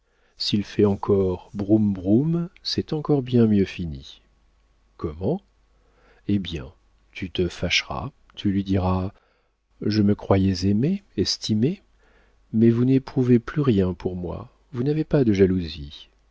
s'il fait encore broum broum c'est encore bien mieux fini comment hé bien tu te fâcheras tu lui diras je me croyais aimée estimée mais vous n'éprouvez plus rien pour moi vous n'avez pas de jalousie